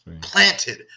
planted